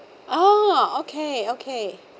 oh okay okay